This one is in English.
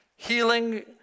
healing